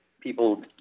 people